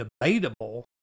debatable